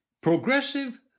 Progressive